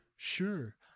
Sure